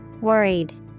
Worried